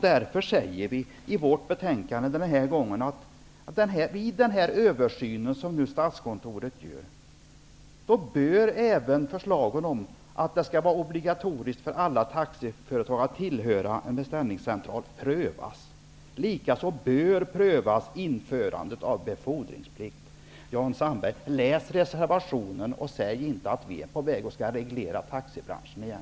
Därför skriver vi den här gången i vår reservation att förslagen om att det skall vara obligatoriskt för alla taxiföretag att tillhöra en beställningscentral bör prövas i den översyn som Statskontoret gör. Likaså bör införandet av befordringsplikt prövas. Jan Sandberg! Läs reservationen och säg inte att vi är på väg att reglera taxibranschen igen.